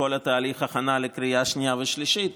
את כל תהליך ההכנה לקריאה שנייה ושלישית.